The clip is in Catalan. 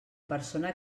persona